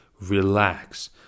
Relax